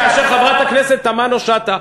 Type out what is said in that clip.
כאשר חברת הכנסת תמנו-שטה,